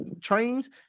trains